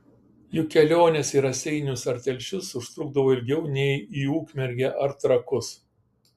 juk kelionės į raseinius ar telšius užtrukdavo ilgiau nei į ukmergę ar trakus